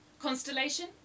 Constellation